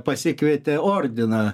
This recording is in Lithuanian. pasikvietė ordiną